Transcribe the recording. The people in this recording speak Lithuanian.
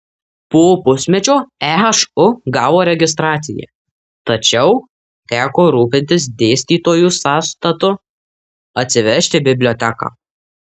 po pusmečio ehu gavo registraciją tačiau teko rūpintis dėstytojų sąstatu atsivežti biblioteką